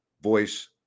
voice